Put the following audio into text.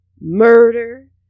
Murder